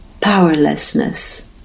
powerlessness